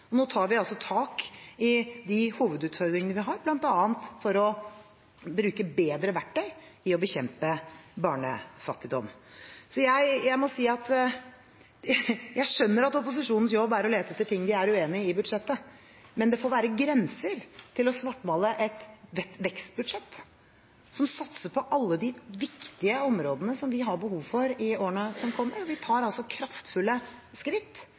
Nå tar vi tak i de hovedutfordringene vi har, bl.a. for å bruke bedre verktøy for å bekjempe barnefattigdom. Jeg må si at jeg skjønner at opposisjonens jobb er å lete etter ting de er uenig i i budsjettet, men det får være grenser for å svartmale et vekstbudsjett som satser på alle de viktige områdene som vi har behov for i årene som kommer, og vi tar kraftfulle skritt